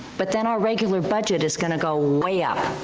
but then our regular budget is gonna go way up